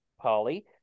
polly